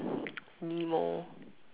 Nemo